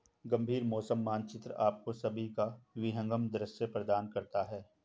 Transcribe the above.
गंभीर मौसम मानचित्र आपको सभी का विहंगम दृश्य प्रदान करता है